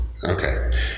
Okay